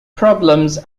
problems